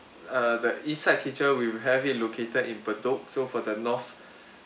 err the east side kitchen we have it located in Bedok so for the north